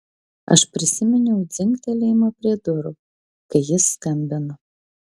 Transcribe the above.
aš prisiminiau dzingtelėjimą prie durų kai jis skambino